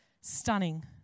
stunning